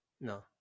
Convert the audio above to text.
No